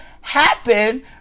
happen